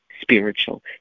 Spiritual